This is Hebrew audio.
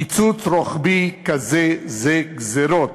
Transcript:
קיצוץ רוחבי כזה זה גזירות,